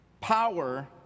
Power